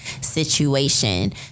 situation